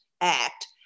Act